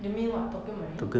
you mean what tokio marine